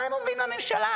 מה הם אומרים לממשלה?